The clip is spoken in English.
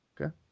Okay